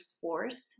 force